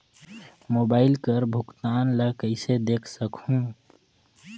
Mobile कर भुगतान ला कइसे देख सकहुं?